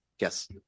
Yes